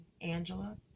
Angela